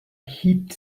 hit